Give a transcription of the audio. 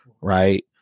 right